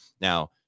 Now